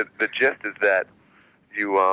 the gist is that you